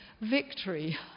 victory